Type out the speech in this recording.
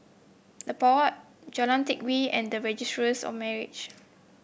The Pod Jalan Teck Kee and of Marriage